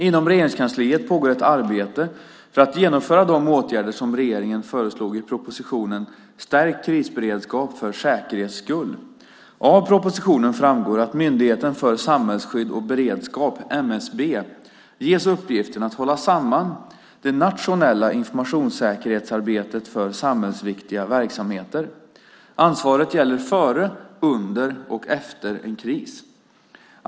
Inom Regeringskansliet pågår ett arbete för att genomföra de åtgärder som regeringen föreslog i propositionen Stärkt krisberedskap - för säkerhets skull . Av propositionen framgår att Myndigheten för samhällsskydd och beredskap, MSB, ges uppgiften att hålla samman det nationella informationssäkerhetsarbetet för samhällsviktiga verksamheter. Ansvaret gäller före, under och efter en kris.